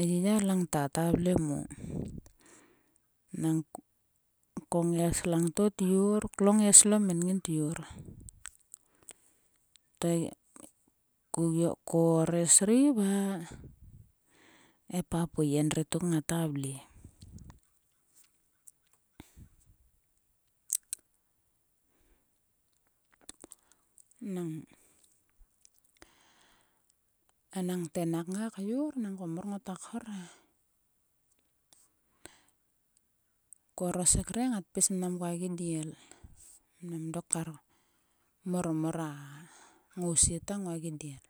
E yiya langta. ya vle mo. Nang ko nges langto tyor. Klo nges lomi. min tyor. To ko orres ri va e papui endri tuk ngata vle. Nang enangte nak kngai kyor nangko mor ngoto khor he. Ko orosek ri ngat pis mang koa gidiel mnan dok kar. Mor. mor a ngousie ta ngoa gidiel.